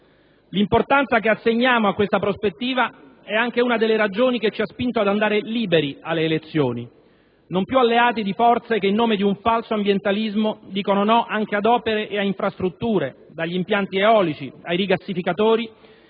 L'importanza che assegniamo a questa prospettiva è anche una delle ragioni che ci ha spinto ad andare liberi alle elezioni, non più alleati di forze che in nome di un falso ambientalismo dicono no anche ad opere e a infrastrutture - dagli impianti eolici ai rigassificatori